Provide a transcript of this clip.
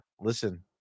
Listen